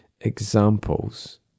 examples